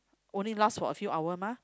only last for a few hour mah